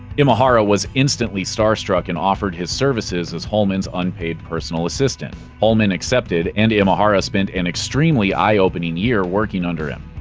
imahara was instantly starstruck and offered his services as holman's unpaid personal assistant. holman accepted, and imahara spent an extremely eye-opening year working under him.